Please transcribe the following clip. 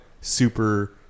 super